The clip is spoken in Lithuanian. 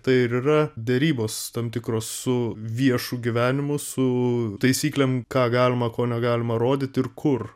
tai yra derybos tam tikros su viešu gyvenimu su taisyklėm ką galima ko negalima rodyt ir kur